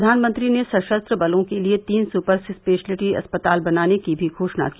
प्रधानमंत्री ने सशस्त्र बलों के लिए तीन सुपर स्पेशलिटी अस्पताल बनाने की भी घोषणा की